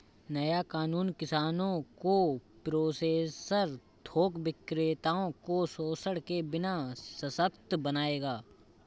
नया कानून किसानों को प्रोसेसर थोक विक्रेताओं को शोषण के बिना सशक्त बनाएगा